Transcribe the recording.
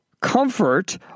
comfort